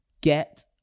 get